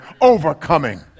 overcoming